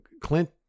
Clint